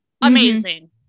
Amazing